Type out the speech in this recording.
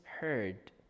heard